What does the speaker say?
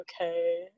okay